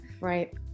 Right